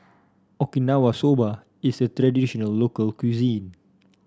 Okinawa Soba is a traditional local cuisine